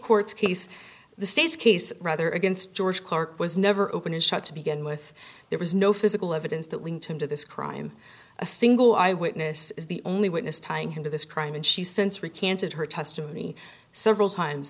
court case the state's case rather against george clark was never open and shut to begin with there was no physical evidence that linked him to this crime a single eyewitness is the only witness tying him to this crime and she since recanted her testimony several times